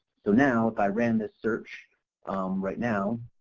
so now if i ran this search right now,